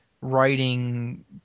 writing